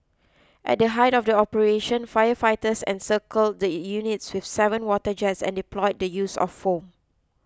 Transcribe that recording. at the height of the operation firefighters encircle the units with seven water jets and deploy the use of foam